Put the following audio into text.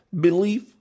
belief